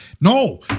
no